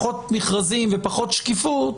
מכרזים ופחות שקיפות,